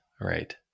right